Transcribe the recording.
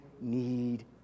need